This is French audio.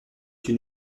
une